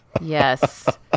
Yes